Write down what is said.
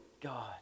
God